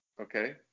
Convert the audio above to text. Okay